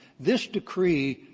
this decree